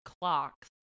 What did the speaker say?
clocks